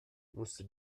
musste